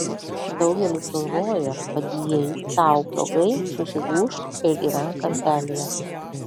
daugelis galvoja kad jei tau blogai susigūžk ir gyvenk kampelyje